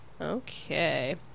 Okay